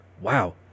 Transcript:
wow